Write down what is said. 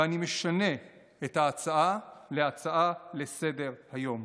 ואני משנה את ההצעה להצעה לסדר-היום.